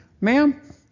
ma'am